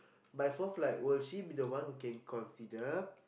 but is more of like will she be the one who can consider